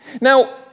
Now